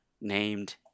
named